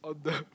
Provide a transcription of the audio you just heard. on the